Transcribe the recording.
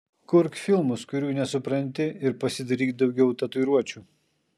kurk filmus kurių nesupranti ir pasidaryk daugiau tatuiruočių